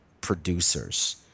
producers